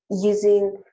using